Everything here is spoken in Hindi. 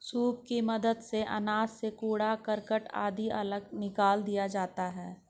सूप की मदद से अनाज से कूड़ा करकट आदि अलग निकाल दिया जाता है